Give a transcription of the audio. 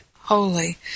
holy